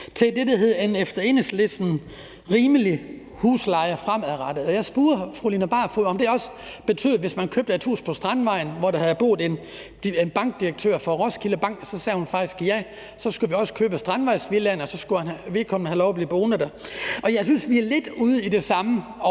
til det, der efter Enhedslistens mening var en rimelig husleje fremadrettet. Jeg spurgte fru Line Barfod, om det også betød, at man skulle købe et hus på Strandvejen, hvor der havde boet en bankdirektør for Roskilde Bank, og der sagde hun faktisk ja til, at vi så også skulle købe strandvejsvillaen, og så skulle vedkommende have lov at blive boende der. Jeg synes, vi er lidt ude på det samme